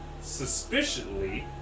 suspiciously